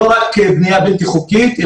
לא רק בנייה בלתי חוקית,